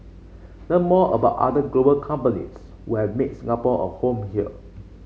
learn more about other global companies who have made Singapore a home here